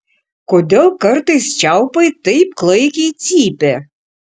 kodėl kartais čiaupai taip klaikiai cypia